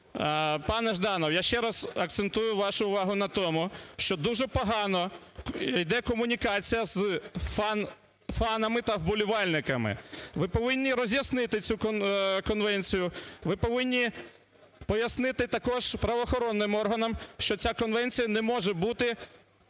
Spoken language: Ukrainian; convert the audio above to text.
Пане Жданов, я ще раз акцентую вашу увагу на тому, що дуже погано йде комунікація з фанами та вболівальниками. Ви повинні роз'яснити цю конвенцію, ви повинні пояснити також правоохоронним органам, що ця конвенція не може бути